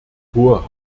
hohe